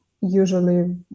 usually